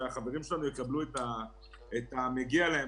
שהחברים שלנו יקבלו את המגיע שלהם.